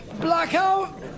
blackout